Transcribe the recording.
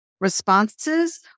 responses